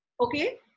Okay